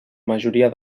majoria